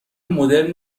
مدرن